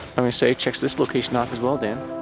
i'm gonna say checks this location off as well, dan.